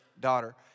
daughter